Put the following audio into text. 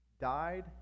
died